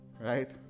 Right